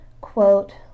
quote